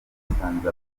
yasanze